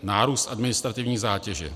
Nárůst administrativní zátěže.